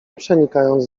przenikając